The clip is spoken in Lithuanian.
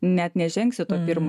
net nežengsi to pirmo